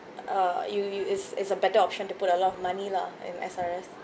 uh you you is is a better option to put a lot of money lah in S_R_S